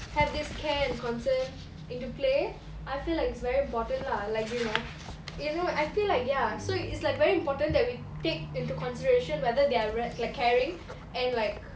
have this care and concern into play I feel like it's very important lah like you know you know I feel like ya so is like very important that we take into consideration whether they're like caring and like